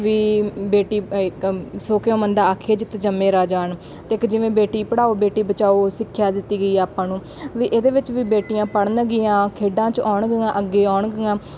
ਵੀ ਬੇਟੀ ਸੋ ਕਿਉਂ ਮੰਦਾ ਆਖੀਐ ਜਿਤੁ ਜੰਮਹਿ ਰਾਜਾਨ ਅਤੇ ਇੱਕ ਜਿਵੇਂ ਬੇਟੀ ਪੜ੍ਹਾਉ ਬੇਟੀ ਬਚਾਓ ਸਿੱਖਿਆ ਦਿੱਤੀ ਗਈ ਆਪਾਂ ਨੂੰ ਵੀ ਇਹਦੇ ਵਿੱਚ ਵੀ ਬੇਟੀਆਂ ਪੜ੍ਹਨਗੀਆਂ ਖੇਡਾਂ 'ਚ ਆਉਣਗੀਆਂ ਅੱਗੇ ਆਉਣਗੀਆਂ